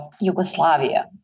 Yugoslavia